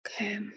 Okay